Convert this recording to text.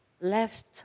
Left